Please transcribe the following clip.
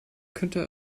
könnte